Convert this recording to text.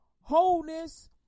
wholeness